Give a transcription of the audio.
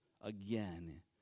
again